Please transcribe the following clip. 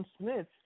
Smith